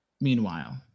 Meanwhile